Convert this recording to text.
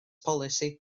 polisi